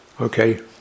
Okay